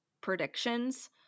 predictions